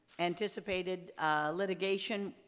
anticipated litigation,